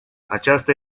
aceasta